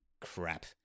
crap